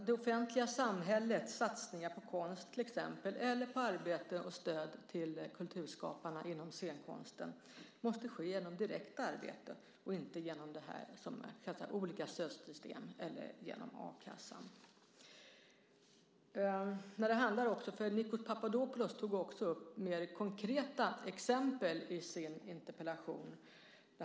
Det offentliga samhällets satsningar på konst till exempel, eller på arbete och stöd till kulturskaparna inom scenkonsten, måste ske genom direkt arbete och inte genom olika stödsystem eller genom a-kassan. Nikos Papadopoulos tog också upp mer konkreta exempel i sin interpellation.